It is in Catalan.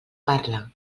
parla